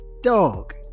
Dog